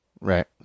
Right